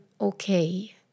okay